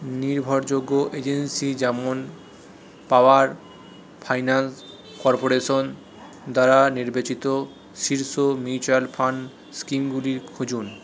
নির্ভরযোগ্য এজেন্সি যেমন power finance corporation দ্বারা নির্বাচিত শীর্ষ মিউচুয়াল ফাণ্ড স্কীমগুলির খুঁজুন